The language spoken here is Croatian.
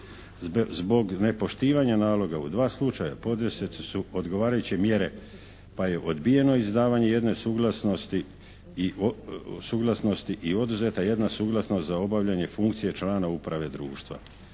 Zbog nepoštivanja naloga u dva slučaja poduzete su odgovarajuće mjere pa je odbijeno izdavanje jedne suglasnosti i oduzeta jedna suglasnost za obavljanje funkcije člana uprave društva.